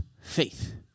faith